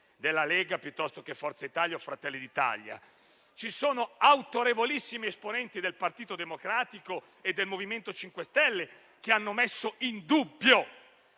della Lega, da Forza Italia o da Fratelli d'Italia, ma autorevolissimi esponenti del Partito Democratico e del MoVimento 5 Stelle hanno messo in dubbio